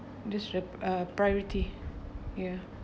disrupt uh priority ya